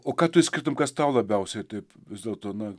o ką tu išskirtum kas tau labiausiai taip vis dėlto na